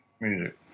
Music